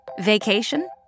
Vacation